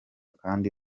kandi